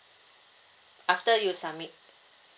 after you submit